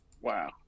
wow